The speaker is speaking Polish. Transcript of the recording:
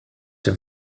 czy